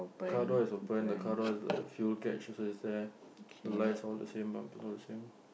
car door is open the car door the the fuel catch also is there the light all the same bumper all the same